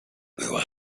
była